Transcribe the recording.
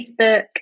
Facebook